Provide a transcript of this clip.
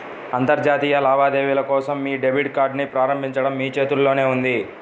అంతర్జాతీయ లావాదేవీల కోసం మీ డెబిట్ కార్డ్ని ప్రారంభించడం మీ చేతుల్లోనే ఉంది